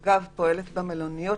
אגב,